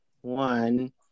one